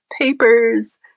papers